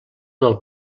del